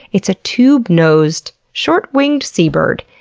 it's a tube-nosed, short-winged seabird.